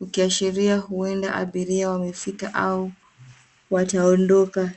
ukiashiria huenda abiria wamefika au wataondoka.